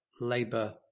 Labour